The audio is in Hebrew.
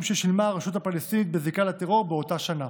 ששילמה הרשות הפלסטינית בזיקה לטרור באותה שנה.